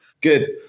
Good